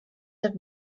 have